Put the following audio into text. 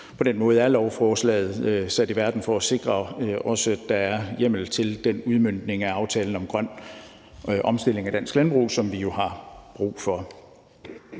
På den måde er lovforslaget sat i verden for at sikre, at der også er hjemmel til den udmøntning af aftalen om en grøn omstilling af dansk landbrug, som vi jo har brug for.